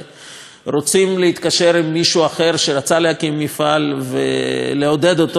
רוצים להתקשר עם מישהו אחר שרצה להקים מפעל ולעודד אותו להקים מפעל,